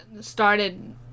started